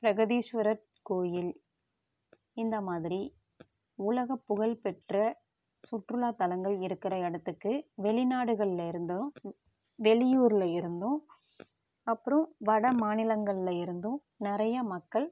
பிரகதீஷ்வரர் கோவில் இந்த மாதிரி உலக புகழ்பெற்ற சுற்றுலாத்தளங்கள் இருக்கிற இடத்துக்கு வெளிநாடுகளில் இருந்தும் வ் வெளியூரில் இருந்தும் அப்புறம் வடமாநிலங்களில் இருந்தும் நிறையா மக்கள்